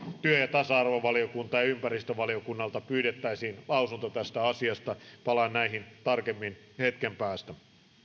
tasa arviovaliokunnalta ja ympäristövaliokunnalta pyydettäisiin lausunto tästä asiasta palaan näihin tarkemmin hetken päästä